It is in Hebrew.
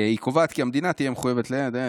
היא קובעת כי המדינה תהיה מחויבת וכו',